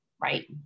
right